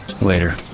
later